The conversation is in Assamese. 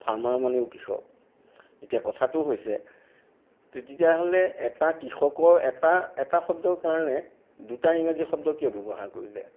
ফাৰ্মাৰ মানেও কৃষক এতিয়া কথাটো হৈছে তেতিয়াহ'লে এটা কৃষকৰ এটা এটা শব্দৰ কাৰণে দুটা ইংৰাজী শব্দ কিয় ব্যৱহাৰ কৰিলে